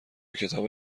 کتاب